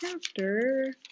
chapter